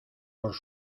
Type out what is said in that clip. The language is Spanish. por